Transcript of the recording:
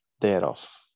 thereof